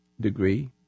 degree